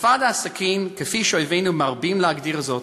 אינתיפאדת הסכין, כפי שאויבינו מרבים להגדיר זאת,